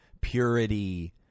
purity